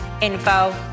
info